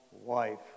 wife